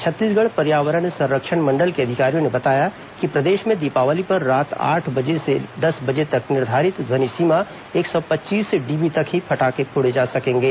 छत्तीसगढ़ पर्यावरण संरक्षण मंडल के अधिकारियों ने बताया कि प्रदेश में दीपावली पर रात आठ से दस बजे तक निर्धारित ध्वनि सीमा एक सौ पच्चीस डीबी तक ही पटाखे फोड़े जा सकेंगे